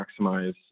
maximize